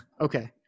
Okay